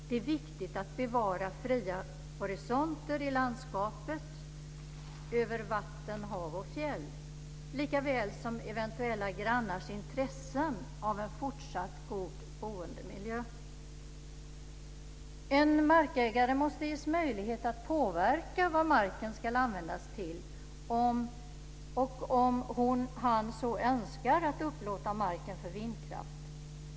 Det är viktigt att bevara fria horisonter i landskapet, över vatten, hav och fjäll, likaväl som eventuella grannars intressen av en fortsatt god boendemiljö. En markägare måste ges möjlighet att påverka vad marken ska användas till och om han eller hon så önskar upplåta marken för vindkraft.